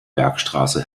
bergstraße